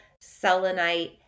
selenite